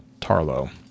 Tarlo